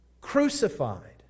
Crucified